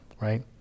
right